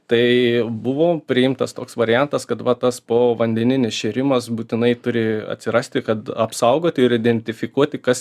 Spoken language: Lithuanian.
tai buvo priimtas toks variantas kad va tas povandeninis šėrimas būtinai turi atsirasti kad apsaugoti ir identifikuoti kas